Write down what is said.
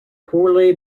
poorly